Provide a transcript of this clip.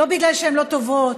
לא בגלל שהן לא טובות,